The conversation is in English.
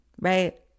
right